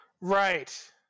Right